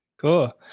Cool